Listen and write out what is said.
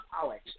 College